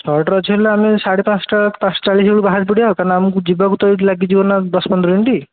ଛଅଟାରେ ଅଛି ହେଲେ ଆମେ ସାଢ଼େ ପାଞ୍ଚଟା ପାଞ୍ଚଟା ଚାଳିଶି ବେଳୁ ବାହାରି ପଡ଼ିବା ଆଉ କାହିଁକି ନା ଆମକୁ ଯିବାକୁ ତ ଏଠୁ ଲାଗିଯିବ ନା ଦଶ ପନ୍ଦର ମିନିଟ୍